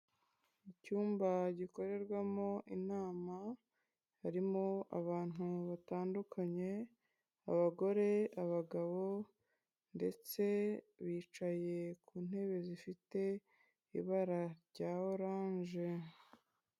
Mu icyumba gikorerwamo inama harimo abantu batandukanye: abagore, abagabo ndetse bicaye ku ntebe zifite ibara rya oranje.